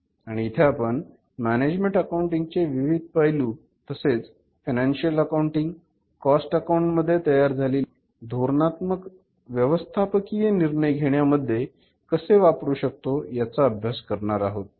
आणि इथे आपण मॅनेजमेंट अकाउंटिंग चे विविध पैलू तसेच फायनान्शिअल अकाउंटिंग कॉस्ट अकाउंटिंग मध्ये तयार झालेली माहिती धोरणात्मक व्यवस्थापकीय निर्णय घेण्यामध्ये कसे वापरू शकतो याचा अभ्यास करणार आहोत